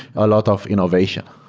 a lot of innovation,